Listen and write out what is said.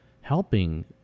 helping